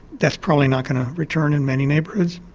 that's probably not going to return in many neighbourhoods.